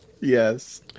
yes